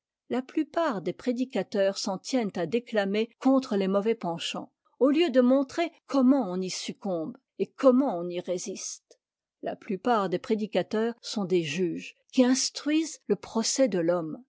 la plupart des prédicateurs s'en tiennent à déclamer contre tes mauvais penchants au lieu de montrer comment un y succombe et comment on y résiste la plupart des prédicateurs sont des juges qui instruisent le procès de l'homme